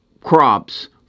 crops